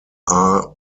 are